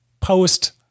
post